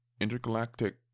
intergalactic